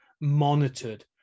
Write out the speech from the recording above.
monitored